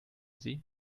sie